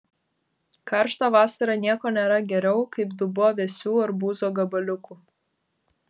karštą vasarą nieko nėra geriau kaip dubuo vėsių arbūzo gabaliukų